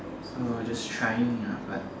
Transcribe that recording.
so just trying ah but